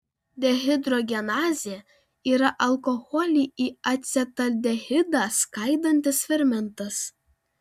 dehidrogenazė yra alkoholį į acetaldehidą skaidantis fermentas